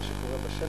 בין מה שקורה בשטח,